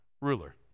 ruler